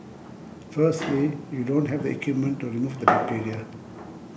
firstly you don't have the equipment to remove the bacteria